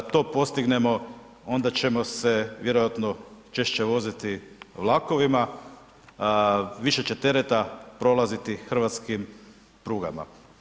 to postignemo onda ćemo se vjerojatno češće voziti vlakovima, više će tereta prolaziti hrvatskim prugama.